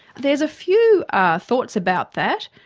there's a few ah thoughts about that.